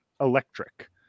electric